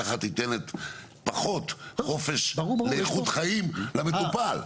כך תיתן פחות חופש לאיכות חיים למטופל.